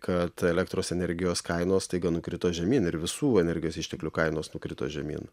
kad elektros energijos kainos staiga nukrito žemyn ir visų energijos išteklių kainos nukrito žemyn